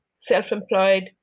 self-employed